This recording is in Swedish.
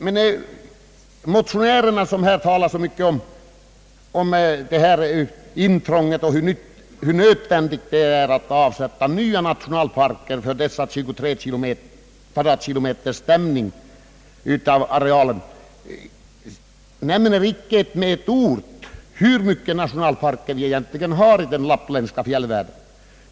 Men motionärerna, som här talar så mycket om intrånget och om hur nödvändigt det är att avsätta nya nationalparker i stället för dessa 23 kvadratkilometers överdämning av arealen, nämner icke med ett ord hur mycket nationalparker vi egentligen har i den lappländska fjällvärlden.